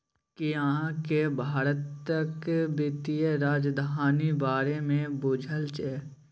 कि अहाँ केँ भारतक बित्तीय राजधानी बारे मे बुझल यै?